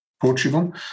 Portugal